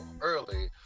early